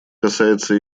касается